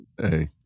hey